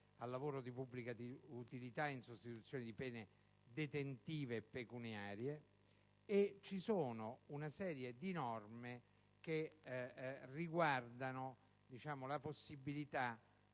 al lavoro di pubblica utilità in sostituzione di pene detentive e pecuniarie; ci sono norme che offrono la possibilità